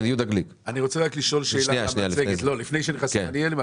אני רוצה לשאול שאלה לגבי המצגת.